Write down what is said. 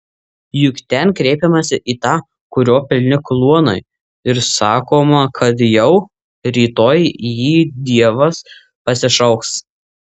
juk ten kreipiamasi į tą kurio pilni kluonai ir sakoma kad jau rytoj jį dievas pasišauks